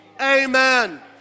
Amen